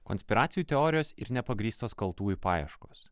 konspiracijų teorijos ir nepagrįstos kaltųjų paieškos